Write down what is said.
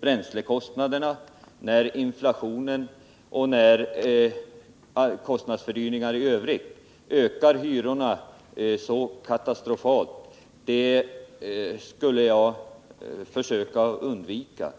bränslekostnaderna, inflationen och kostnadsfördyringarna i övrigt ökar hyrorna så katastrofalt är något som jag vill att man försöker undvika.